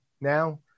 now